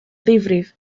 ddifrif